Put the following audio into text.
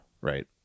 right